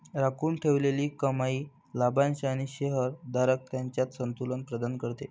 राखून ठेवलेली कमाई लाभांश आणि शेअर धारक यांच्यात संतुलन प्रदान करते